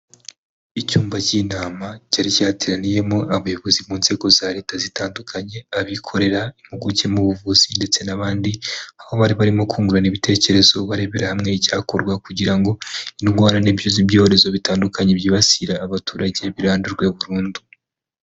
Icyumba cy'inama cyari cyateraniyemo abayobozi mu nzego za leta zitandukanye, abikorera, impuguke mu buvuzi ndetse n'abandi , aho bari barimo kungurana ibitekerezo barebera hamwe icyakorwa kugira ngo indwara n'ibyuririzi by'ibyorezo bitandukanye byibasira abaturage birandurwe burundu.